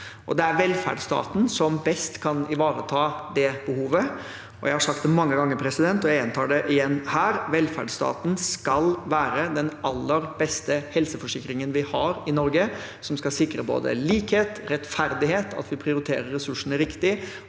det er velferdsstaten som best kan ivareta det behovet. Jeg har sagt det mange ganger, og jeg gjentar det igjen her: Velferdsstaten skal være den aller beste helseforsikringen vi har i Norge, som skal sikre både likhet og rettferdighet, at vi prioriterer ressursene riktig,